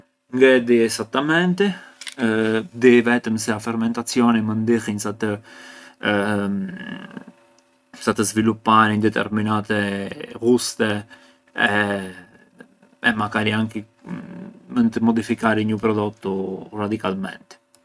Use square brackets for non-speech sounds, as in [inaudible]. Ngë e di esattamenti, di vetëm se a fermentazioni mënd ndihënj sa të [hesitation] sa të sviluparënj determinati ghuste e makari anki mënd modifikarënj u prodottu radicalmenti.